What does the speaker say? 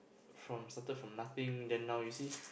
from started from nothing then now you see